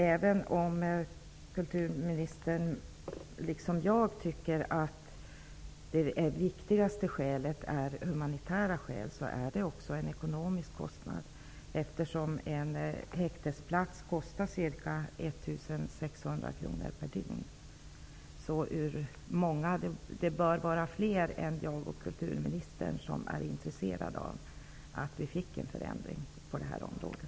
Även om kulturministern liksom jag tycker att de viktigaste skälen är humanitära, är det också en ekonomisk kostnad. En häktesplats kostar ca 1 600 kr per dygn. Det bör vara fler än jag och kulturministern som är intresserade av att vi får en förändring på det här området.